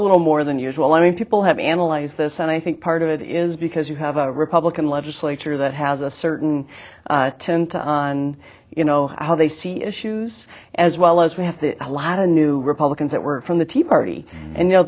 little more than usual i mean people have analyzed this and i think part of it is because you have a republican legislature that has a certain tent on you know how they see issues as well as we have a lot of new republicans that were from the tea party and you know